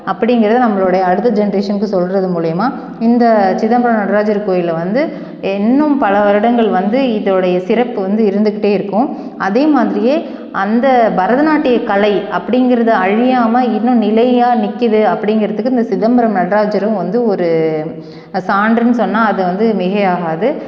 அப்படிங்கிறத நம்மளுடைய அடுத்த ஜென்ரேஷனுக்கு சொல்கிறது மூலிமா இந்த சிதம்பரம் நடராஜர் கோயிலை வந்து இன்னும் பல வருடங்கள் வந்து இதோடைய சிறப்பு வந்து இருந்துக்கிட்டே இருக்கும் அதேமாதிரியே அந்த பரதநாட்டியக் கலை அப்படிங்குறது அழியாமல் இன்னும் நிலையாக நிற்குது அப்படிங்கறத்துக்கு இந்த சிதம்பரம் நடராஜரும் வந்து ஒரு சான்றுன்னு சொன்னால் அது வந்து மிகையாகாது